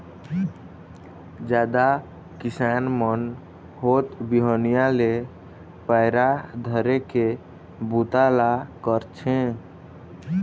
जादा किसान मन होत बिहनिया ले पैरा धरे के बूता ल करथे